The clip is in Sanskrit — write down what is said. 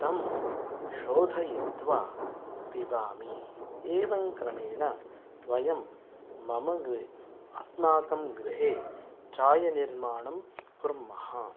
तं शोधयित्वा पिबामि एवं क्रमेण वयं मम गृहे अस्माकं गृहे चायनिर्माणं कुर्मः